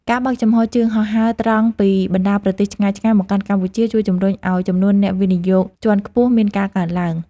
ការបើកចំហជើងហោះហើរត្រង់ពីបណ្តាប្រទេសឆ្ងាយៗមកកាន់កម្ពុជាជួយជំរុញឱ្យចំនួនអ្នកវិនិយោគជាន់ខ្ពស់មានការកើនឡើង។